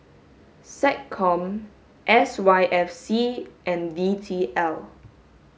SecCom S Y F C and D T L